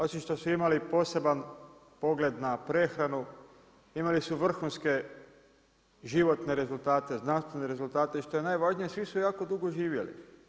Osim što su imali poseban pogled na prehranu, imali su vrhunske životne rezultate, znanstvene rezultate i što je najvažnije svi su jako dugo živjeli.